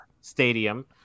stadium